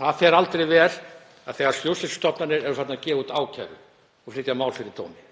Það fer aldrei vel þegar stjórnsýslustofnanir eru farnar að gefa út ákæru og flytja mál fyrir dómi.